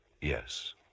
Yes